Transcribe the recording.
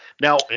Now